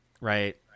right